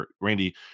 Randy